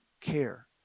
care